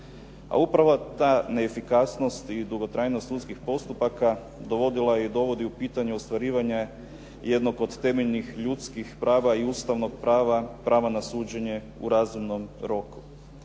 A upravo ta neefikasnost i dugotrajnost sudskih postupaka dovodila je i dovodi u pitanje ostvarivanje jednog od temeljnih ljudskih prava i ustavnog prava, prava na suđenje u razumnom roku.